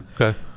okay